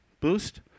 Boost